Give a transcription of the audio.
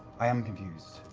i am confused.